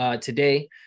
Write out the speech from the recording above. Today